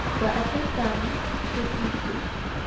but i put it down just in case.